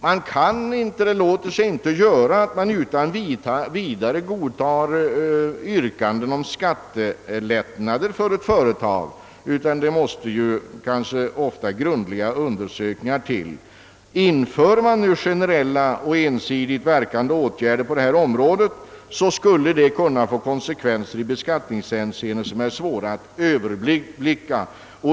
Man kan inte utan vidare godtaga yrkanden om skattelättnader för ett företag — grundliga undersökningar måste ofta göras. Införs nu generella och ensidigt verkande åtgärder på detta område skulle det kunna få konsekvenser i beskattningshänseende som är svåra att överblicka.